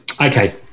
Okay